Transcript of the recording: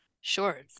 Sure